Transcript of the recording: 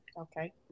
Okay